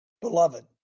beloved